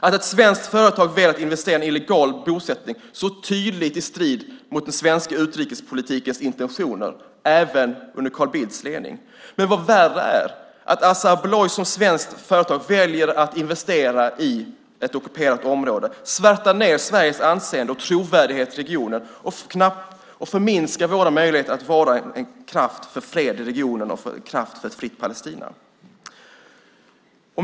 Att ett svenskt företag väljer att investera i en illegal bosättning står tydligt i strid med den svenska utrikespolitikens intentioner, även under Carl Bildts ledning. Men vad värre är, är att Assa Abloy som svenskt företag väljer att investera i ett ockuperat område, vilket svärtar ned Sveriges anseende och trovärdighet i regionen och förminskar våra möjligheter att vara en kraft för fred i regionen och för ett fritt Palestina.